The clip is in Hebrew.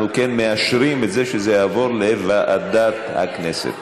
אנחנו מאשרים את זה שזה יעבור לוועדת הכנסת.